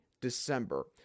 December